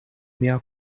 mia